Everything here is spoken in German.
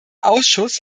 ausschuss